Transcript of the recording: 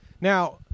Now